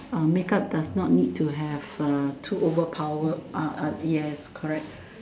uh make up does not need to have uh too over power uh uh yes correct